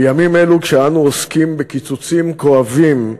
בימים אלו, כשאנו עוסקים בקיצוצים כואבים,